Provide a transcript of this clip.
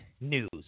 news